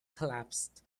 collapsed